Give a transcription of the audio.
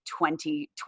2020